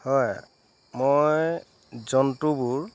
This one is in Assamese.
হয় মই জন্তুবোৰ